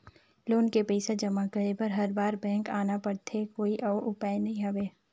Loan के पईसा जमा करे बर हर बार बैंक आना पड़थे कोई अउ उपाय नइ हवय?